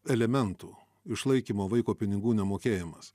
elementų išlaikymo vaiko pinigų nemokėjimas